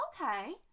okay